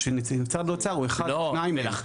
שמשרד האוצר הוא אחד או שניים מהם,